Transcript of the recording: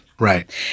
Right